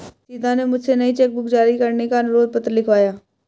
सीता ने मुझसे नई चेक बुक जारी करने का अनुरोध पत्र लिखवाया